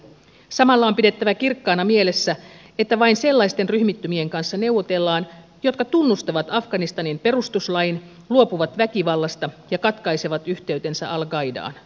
samalla on pidettävä kirkkaana mielessä että vain sellaisten ryhmittymien kanssa neuvotellaan jotka tunnustavat afganistanin perustuslain luopuvat väkivallasta ja katkaisevat yhteytensä al qaidaan